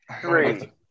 three